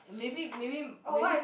maybe maybe maybe